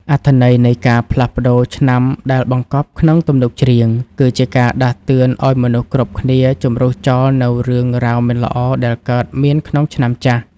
អត្ថន័យនៃការផ្លាស់ប្តូរឆ្នាំដែលបង្កប់ក្នុងទំនុកច្រៀង គឺជាការដាស់តឿនឱ្យមនុស្សគ្រប់គ្នាជម្រុះចោលនូវរឿងរ៉ាវមិនល្អដែលកើតមានក្នុងឆ្នាំចាស់។